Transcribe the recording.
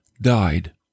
died